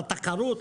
לתחרות,